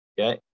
Okay